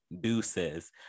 deuces